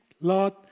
Lord